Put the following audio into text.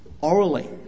orally